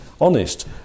honest